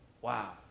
Wow